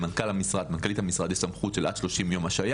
למנכ"לית המשרד יש סמכות של עד שלושים יום השעיה